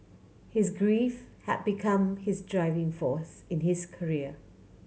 his grief had become his driving force in his career